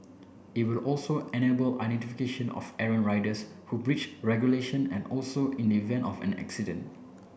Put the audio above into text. it will also enable identification of errant riders who breach regulation and also in the event of an accident